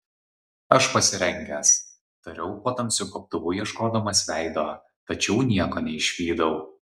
aš pasirengęs tariau po tamsiu gobtuvu ieškodamas veido tačiau nieko neišvydau